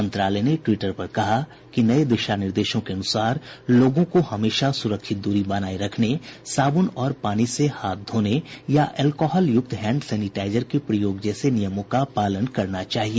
मंत्रालय ने ट्वीटर पर कहा कि नए दिशा निर्देशों के अनुसार लोगों को हमेशा सुरक्षित दूरी बनाए रखने साबुन और पानी से हाथ धोने या एल्कॉहल युक्त हैंड सैनिटाइजर के प्रयोग जैसे नियमों का पालन करना चाहिए